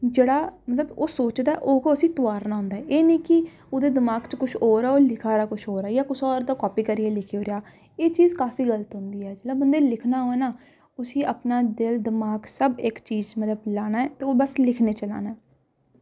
जेह्ड़ा मतलब कि ओह् सोचदा ओह् गै उस्सी तोआरना होंदा ऐ एह् निं कि ओह्दे दमाग च कुछ होर ऐ ते ओह् लिखा दा कुछ होर ऐ जां कुसै होर दा कापी करियै लिखी ओड़ेआ एह् चीज़ काफी गल्त ऐ जिसलै बंदे गी लिखना होऐ ना उस्सी अपना दिल दमाग सब इक चीज मतलब लाना ऐ ते ओह् बस लिखने च लाना ऐ